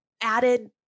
added